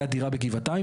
הייתה דירה בגבעתיים,